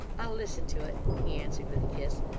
i'll listen to it he answered, with a kiss,